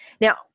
Now